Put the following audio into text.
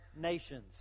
nations